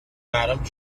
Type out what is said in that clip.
madame